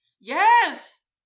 Yes